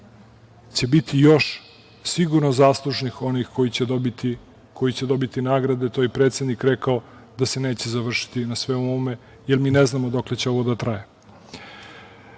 će biti još sigurno zaslužnih, onih koji će dobiti nagrade i predsednik je rekao da se neće završiti na svemu ovome, jer mi ne znamo dokle će ovo da